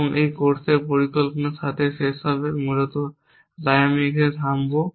এবং এই কোর্সে পরিকল্পনার সাথে শেষ হবে মূলত তাই আমি এখানেই থামব